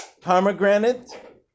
pomegranate